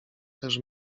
też